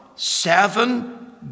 Seven